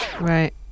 Right